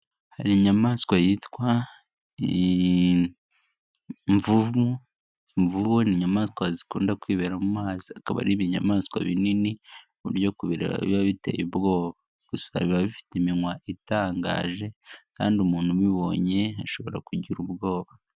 Hari inyamaswa yitwa imvubu, imvubu ni inyamaswa zikunda kwibera mu mazi. Akaba ari ibinyamaswa binini kuburyo biba biteye ubwoba gusa biba bifite iminwa itangaje kandi umuntu ubibonye ashobora kugira ubwoba.